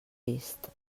vist